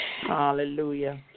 Hallelujah